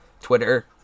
twitter